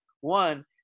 One